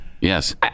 yes